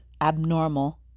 abnormal